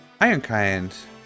Ironkind